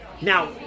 Now